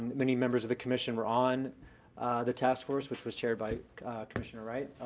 many members of the commission were on the task force which was chaired by commissioner wright,